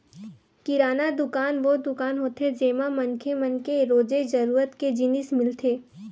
किराना दुकान वो दुकान होथे जेमा मनखे मन के रोजे जरूरत के जिनिस मिलथे